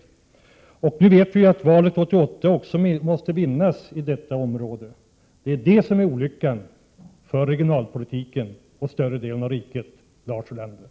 Vi vet, säger Thage G Peterson, att valet 1988 måste vinnas i detta område. Det är det som är olyckan för regionalpolitiken och för större delen av riket, Lars Ulander.